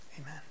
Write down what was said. Amen